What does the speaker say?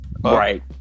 Right